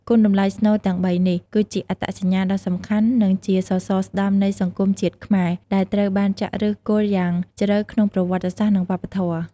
គុណតម្លៃស្នូលទាំងបីនេះ គឺជាអត្តសញ្ញាណ ដ៏សំខាន់ និងជាសសរស្ដម្ភនៃសង្គមជាតិខ្មែរ ដែលត្រូវបានចាក់ឫសគល់យ៉ាងជ្រៅក្នុងប្រវត្តិសាស្រ្ត និងវប្បធម៌។